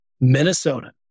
Minnesota